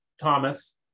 Thomas